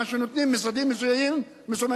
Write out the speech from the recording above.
מה שנותנים משרדים מסוימים,